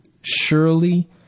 Surely